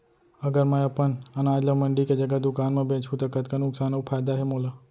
अगर मैं अपन अनाज ला मंडी के जगह दुकान म बेचहूँ त कतका नुकसान अऊ फायदा हे मोला?